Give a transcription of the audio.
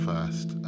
first